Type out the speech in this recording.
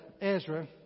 Ezra